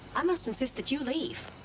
i must insist that you leave.